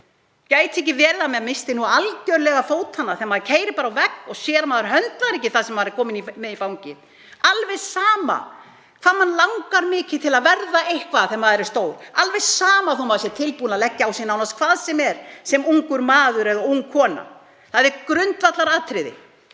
í framhaldsskóla, missi maður algjörlega fótanna þegar maður keyrir á vegg og sér að maður höndlar ekki það sem maður er kominn með í fangið? Alveg sama hvað mann langar mikið til að verða eitthvað þegar maður verður stór, alveg sama þótt maður sé tilbúinn að leggja á sig nánast hvað sem er sem ungur maður eða ung kona. Það er grundvallaratriði